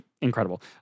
incredible